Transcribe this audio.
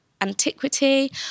antiquity